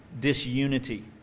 disunity